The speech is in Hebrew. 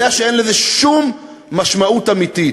יודע שאין לזה שום משמעות אמיתית